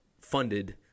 funded